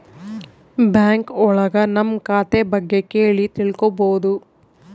bank ಒಳಗ ನಮ್ ಖಾತೆ ಬಗ್ಗೆ ಕೇಳಿ ತಿಳ್ಕೋಬೋದು